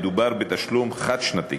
מדובר בתשלום חד-שנתי.